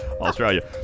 Australia